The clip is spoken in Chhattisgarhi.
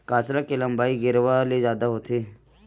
कांसरा के लंबई गेरवा ले जादा होथे